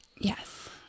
yes